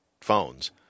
phones